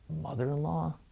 mother-in-law